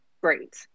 Great